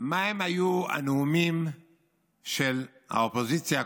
מה היו הנאומים של האופוזיציה הקודמת,